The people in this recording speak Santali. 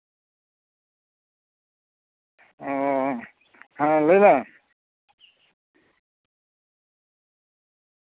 ᱚ ᱦᱮᱸ ᱞᱟᱹᱭ ᱢᱮ